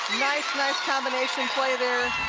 nice, nice combination play there